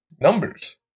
Numbers